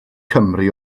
cymru